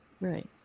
Right